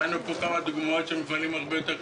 ראינו פה כמה דוגמאות של מפעלים קטנים